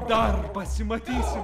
dar pasimatysim